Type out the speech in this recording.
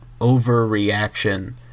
overreaction